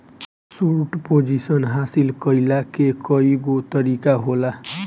short position हासिल कईला के कईगो तरीका होला